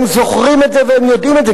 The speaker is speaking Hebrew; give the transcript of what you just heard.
הם זוכרים את זה והם יודעים את זה.